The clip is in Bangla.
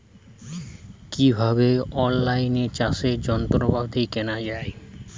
কিভাবে অন লাইনে চাষের যন্ত্রপাতি কেনা য়ায়?